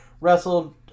wrestled